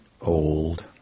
old